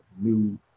new